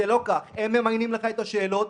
הם ממיינים לך את השאלות,